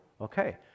okay